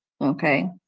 Okay